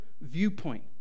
viewpoint